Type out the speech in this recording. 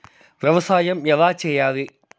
వ్యవసాయం ఎలా చేయాలి?